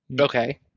okay